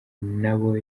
nabo